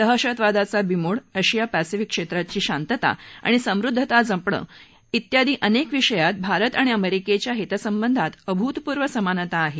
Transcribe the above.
दहशतवादाचा बिमोड आशिया पशिफिक क्षेत्राची शांतता आणि समृद्धता जपणं व्यादी अनेक विषयांत भारत आणि अमेरिकेच्या हितसंबंधात अभूतपूर्व समानता आहे